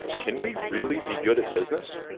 can we really be good at business?